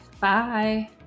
Bye